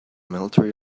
military